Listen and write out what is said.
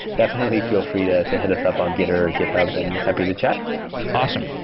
definitely feel free to to hit us up on gitter or github and happy to chat awesome.